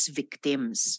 victims